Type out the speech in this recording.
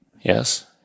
yes